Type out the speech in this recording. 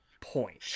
point